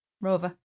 Rover